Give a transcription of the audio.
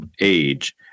age